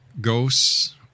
ghosts